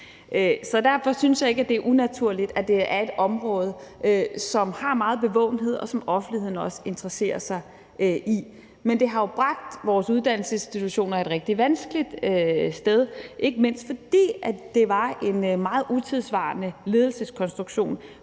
Derfor synes jeg ikke, det er unaturligt, at det er et område, som har meget bevågenhed, og som offentligheden også interesserer sig for. Men det har jo bragt vores uddannelsesinstitutioner et rigtig vanskeligt sted hen, ikke mindst fordi det var en meget utidssvarende ledelseskonstruktion,